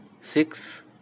six